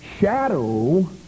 shadow